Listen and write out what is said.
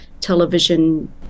television